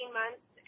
months